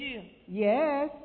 Yes